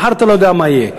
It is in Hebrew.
מחר אתה לא יודע מה יהיה.